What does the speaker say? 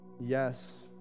Yes